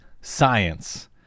science